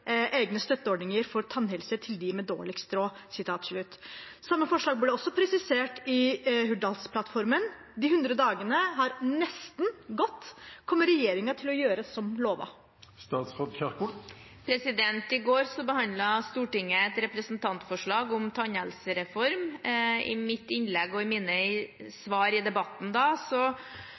egne støtteordninger for tannhelse til de med dårligst råd». Samme forslag ble også presisert i Hurdalsplattformen. De hundre dagene er gått. Kommer regjeringa til å gjøre som lovet?» I går behandlet Stortinget et representantforslag om en tannhelsereform. I mitt innlegg og i mine svar i debatten da